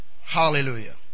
Hallelujah